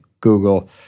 Google